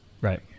right